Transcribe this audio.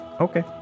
okay